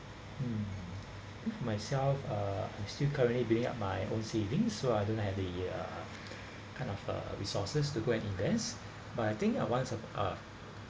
mm myself uh still currently building up my own savings so I don't have the uh kind of uh resources to go and invest but I think uh once uh